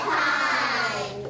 time